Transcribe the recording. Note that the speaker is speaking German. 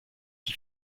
die